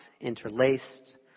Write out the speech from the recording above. interlaced